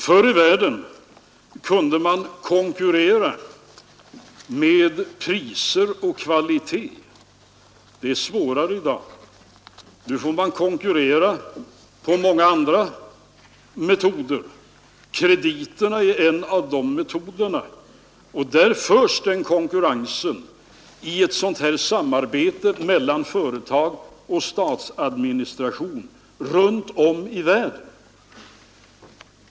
Förr i världen kunde man konkurrera med priser och kvaliteter. Det är svårare i dag; nu får man konkurrera med många andra metoder. Kredit är en av de metoderna, och konkurrensen förs i ett samarbete mellan företag och statsadministration runt om i världen.